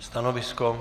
Stanovisko?